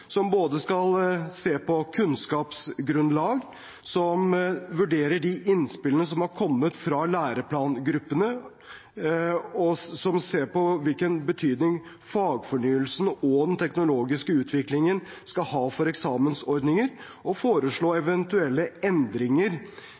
som både ser på kunnskapsgrunnlag, vurderer de innspillene som har kommet fra læreplangruppene, ser på hvilken betydning fagfornyelsen og den teknologiske utviklingen skal ha for eksamensordninger, og skal foreslå